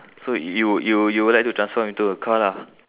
so you wou~ you you would like to transform into a car lah